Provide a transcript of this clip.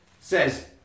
Says